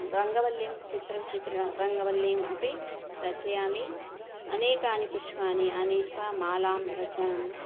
रङ्गवल्लीम् चित्रं विचित्रं रङ्गवल्लीमपि रचयामि अनेकानि पुष्पाणि आनीत्वा मालां रचयामि